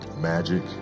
Magic